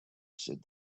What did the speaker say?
said